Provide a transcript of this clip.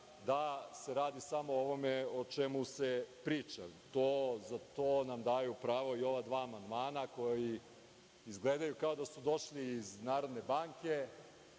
da se radi samo o ovome o čemu se priča. Zato nam daju za pravo i ova dva amandmana, koji izgledaju kao da su došli iz Narodne banke,